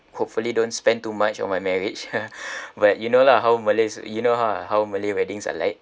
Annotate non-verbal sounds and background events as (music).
hopefully don't spend too much on my marriage (laughs) but you know lah how malays you know ah how malay weddings are like